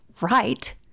right